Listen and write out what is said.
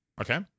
Okay